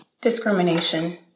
Discrimination